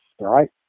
right